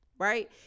right